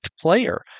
player